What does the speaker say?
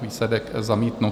Výsledek: zamítnuto.